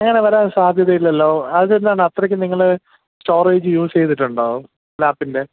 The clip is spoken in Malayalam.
അങ്ങനെ വരാൻ സാധ്യത ഇല്ലല്ലോ അത് എന്നാണ് അത്രയ്ക്ക് നിങ്ങൾ സ്റ്റോറേജ് യൂസ് ചെയ്തിട്ടുണ്ടോ ലാപ്പിൻ്റെ